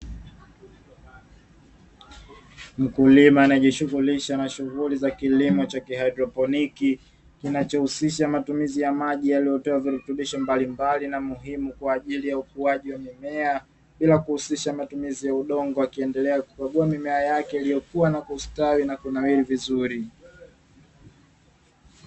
Mkulima anayejishughulisha na shughuli za kilimo cha haidroponi, kinachohusisha matumizi ya maji yaliyotiwa virutubisho mbalimbali na muhimu kwa ajili ya ukuaji wa mimea bila kuhusisha matumizi ya udongo, akiendelea kukagua mimea yake iliyokua na kustawi na kunawiri vizuri.